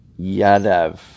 Yadav